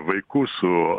vaikų su